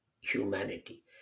humanity